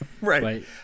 Right